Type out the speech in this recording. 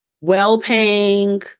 well-paying